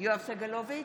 יואב סגלוביץ'